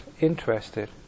interested